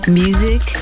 music